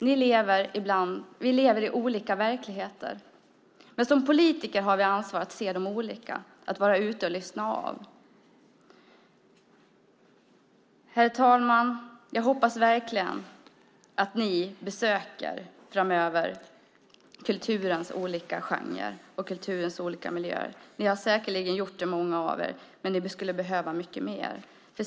Vi lever i olika verkligheter, men som politiker har vi ansvar för att se de olika verkligheterna, att vara ute och lyssna av. Jag hoppas verkligen att ni besöker kulturens olika genrer och miljöer. Många av er har säkerligen redan gjort det, men ni skulle behöva mycket mer.